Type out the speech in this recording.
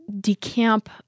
decamp